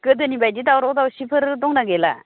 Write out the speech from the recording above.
गोदोनि बायदि दावराव दावसिफोर दंना गैला